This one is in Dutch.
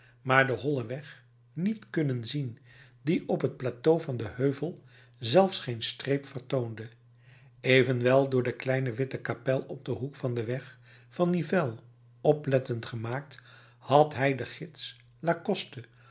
maar den hollen weg niet kunnen zien die op het plateau van den heuvel zelfs geen streep vertoonde evenwel door de kleine witte kapel op den hoek van den weg van nivelles oplettend gemaakt had hij den gids